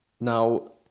now